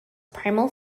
primal